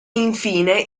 infine